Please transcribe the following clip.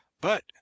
But